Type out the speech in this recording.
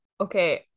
okay